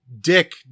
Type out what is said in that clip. dick